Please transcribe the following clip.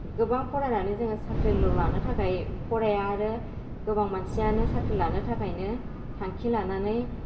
गोबां फरायनानै जोङो साख्रिल' लानो थाखाय फराया आरो गोबां मानसियानो साख्रि लानो थाखायनो थांखि लानानै